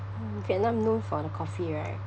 mm vietnam known for the coffee right